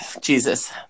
Jesus